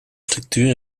structuur